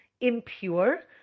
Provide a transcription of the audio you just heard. impure